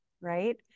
right